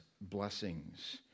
blessings